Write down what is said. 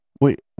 Wait